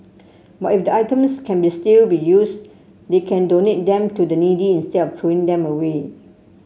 but if the items can be still be used they can donate them to the needy instead of throwing them away